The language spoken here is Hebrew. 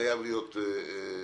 חייב להיות ממוגן.